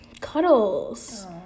Cuddles